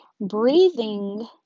breathing